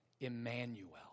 Emmanuel